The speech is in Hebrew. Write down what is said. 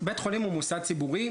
בית חולים הוא מוסד ציבורי,